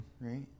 Right